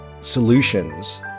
solutions